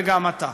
וגם אתה.